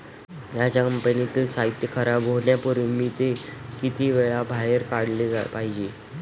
माझ्या कंपनीतील साहित्य खराब होण्यापूर्वी मी ते किती वेळा बाहेर काढले पाहिजे?